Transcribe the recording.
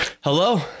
Hello